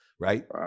right